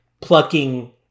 plucking